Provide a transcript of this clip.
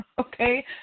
Okay